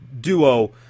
duo